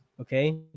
okay